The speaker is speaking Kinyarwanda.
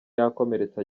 yakomeretse